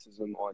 on